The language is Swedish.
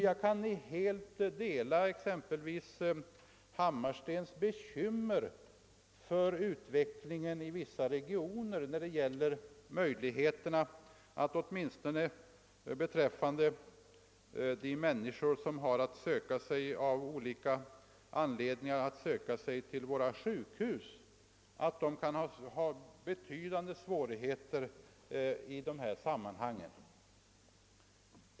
Jag delar sålunda helt exempelvis herr Hammarstens bekymmer för utvecklingen inom vissa regioner, där svårigheterna för människorna att söka sig till sjukhus är betydande.